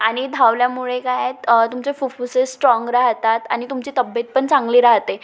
आणि धावल्यामुळे काय आहेत तुमचे फुफ्फुसे स्ट्राँग राहतात आणि तुमची तब्येत पण चांगली राहते